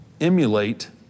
emulate